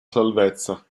salvezza